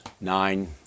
nine